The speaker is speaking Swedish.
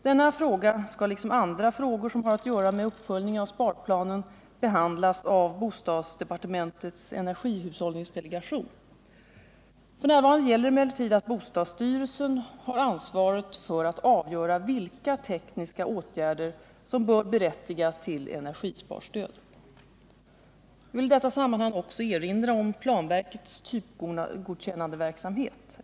Denna fråga skall, liksom andra frågor som har att göra med uppföljningen av sparplanen, behandlas av bostadsdepartementets energihushållningsdelegation. F.n. gäller emellertid att bostadsstyrelsen har ansvaret för att avgöra vilka tekniska åtgärder som bör berättiga till energisparstöd. Jag vill i detta sammanhang också erinra om planverkets typgodkännande verksamhet.